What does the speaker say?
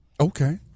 Okay